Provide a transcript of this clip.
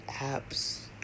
app's